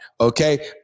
okay